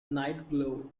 nightglow